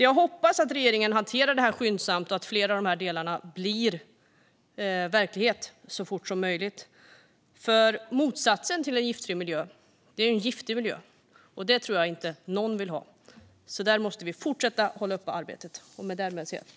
Jag hoppas därför att regeringen hanterar detta skyndsamt och att flera av de här delarna blir verklighet så fort som möjligt. Motsatsen till en giftfri miljö är ju en giftig miljö, och det tror jag inte att någon vill ha. Därför måste vi fortsätta att hålla uppe arbetet.